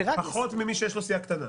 פחות ממי שיש לו סיעה קטנה.